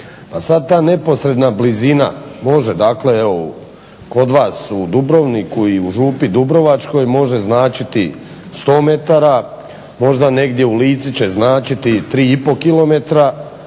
Pa sad ta neposredna blizina može dakle evo kod vas u Dubrovniku i u Župi Dubrovačkoj može značiti 100 metara, možda negdje u Lici će značiti i 3,5 km, a